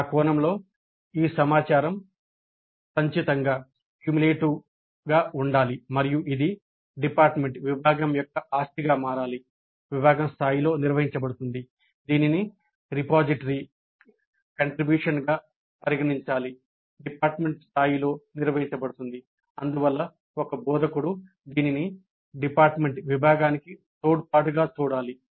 ఆ కోణంలో ఈ సమాచారం సంచితంగా అందువల్ల ఒక బోధకుడు దానిని విభాగానికి తోడ్పాటుగా చూడాలి